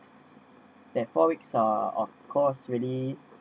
s~ that four weeks uh of course really